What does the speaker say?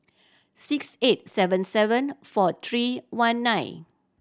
six eight seven seven four three one nine